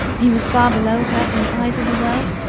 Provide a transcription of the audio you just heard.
he was far below her in the eyes of the world,